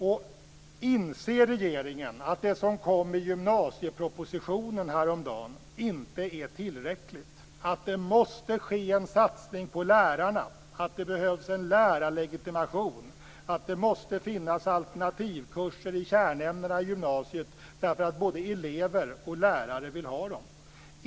Och inser regeringen att det som kom i gymnasiepropositionen häromdagen inte är tillräckligt, att det måste ske en satsning på lärarna, att det behövs en lärarlegitimation och att det måste finnas alternativkurser i kärnämnena i gymnasiet, därför att både elever och lärare vill ha dem.